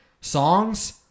songs